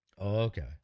okay